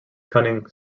cunning